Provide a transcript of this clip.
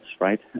right